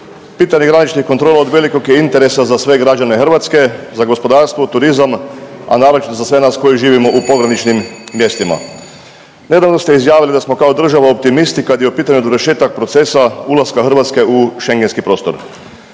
Pitanje graničnih kontrola od velikog je interesa za sve građane Hrvatske, za gospodarstvo, turizam, a naročito za sve nas koji živimo u pograničnim mjestima. Nedavno ste izjavili da smo kao država optimisti kad je u pitanju dovršetak procesa ulaska Hrvatske u Šengenski prostor.